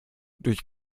durch